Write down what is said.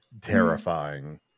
terrifying